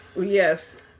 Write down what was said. Yes